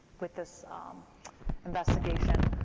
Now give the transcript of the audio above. with this investigation,